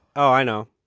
i know,